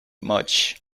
much